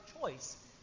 choice